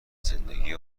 زندگی